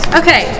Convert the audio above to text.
okay